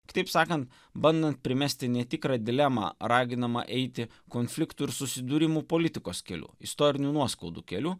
kitaip sakant bandant primesti netikrą dilemą raginama eiti konfliktų ir susidūrimų politikos keliu istorinių nuoskaudų keliu